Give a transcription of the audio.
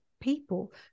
people